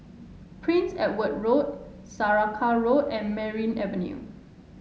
Prince Edward Road Saraca Road and Merryn Avenue